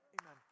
amen